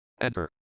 Enter